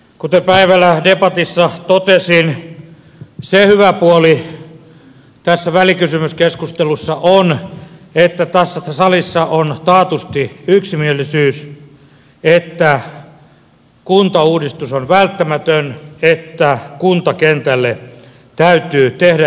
kuten päivällä debatissa totesin se hyvä puoli tässä välikysymyskeskustelussa on että tässä salissa on taatusti yksimielisyys että kuntauudistus on välttämätön että kuntakentälle täytyy tehdä jotakin